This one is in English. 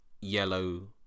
yellow